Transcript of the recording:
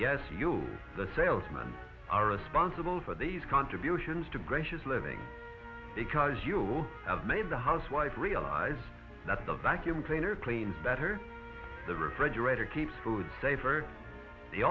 yes you the salesman are responsible for these contributions to gracious living because you have made the housewife realize that the vacuum cleaner clean better the refrigerator keeps food safer the